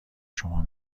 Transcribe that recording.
شمار